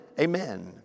Amen